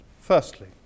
Firstly